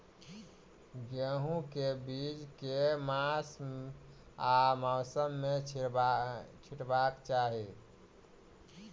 मूंग केँ बीज केँ मास आ मौसम मे छिटबाक चाहि?